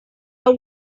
are